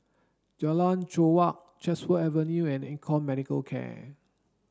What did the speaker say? Jalan Chorak Chatsworth Avenue and Econ Medicare Can